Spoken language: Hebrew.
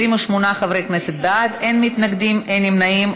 28 חברי כנסת בעד, אין מתנגדים, אין נמנעים.